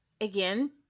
again